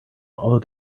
although